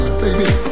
baby